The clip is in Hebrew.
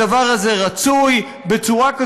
הדבר הזה רצוי,